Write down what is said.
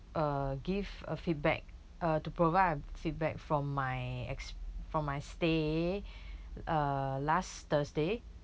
uh give a feedback uh to provide a feedback from my ex~ from my stay uh last thursday